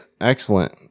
excellent